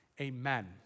Amen